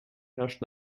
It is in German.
herrscht